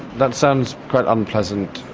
that sounds quite unpleasant.